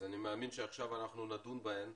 אני מאמין שעכשיו נדון בהן.